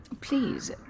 Please